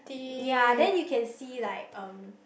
ya then you can see like um